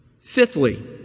Fifthly